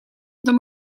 dan